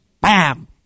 Bam